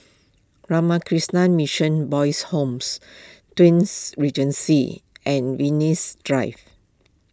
Ramakrishna Mission Boys' Homes Twins Regency and Venus Drive